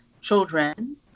children